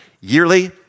Yearly